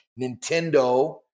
Nintendo